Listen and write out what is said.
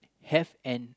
have an